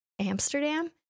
Amsterdam